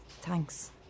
Thanks